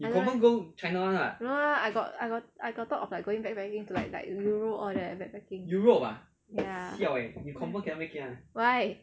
no lah I got I got thought of like going backpacking to like like europe all that backpacking ya why